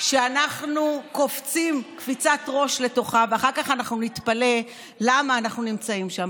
אנחנו קופצים קפיצת ראש לתוכה ואחר כך אנחנו נתפלא למה אנחנו נמצאים שם.